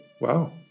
Wow